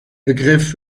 begriff